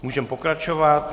Můžeme pokračovat.